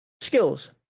Skills